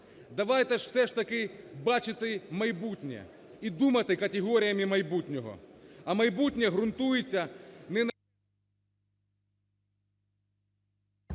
Давайте все ж таки бачити майбутнє і думати категоріями майбутнього. А майбутнє ґрунтується не на…